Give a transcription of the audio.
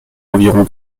environ